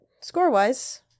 score-wise